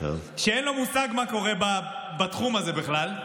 שאין לו מושג מה קורה בתחום הזה בכלל,